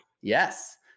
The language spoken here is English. Yes